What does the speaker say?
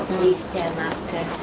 please tell master.